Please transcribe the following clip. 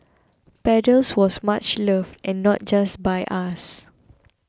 paddles was much loved and not just by us